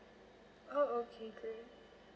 oh okay great